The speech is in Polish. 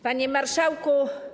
Panie Marszałku!